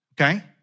okay